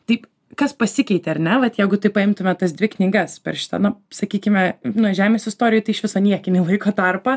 taip kas pasikeitė ar ne vat jeigu paimtume tas dvi knygas per šitą nu sakykime žemės istorijoj tai iš viso niekinį laiko tarpą